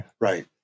Right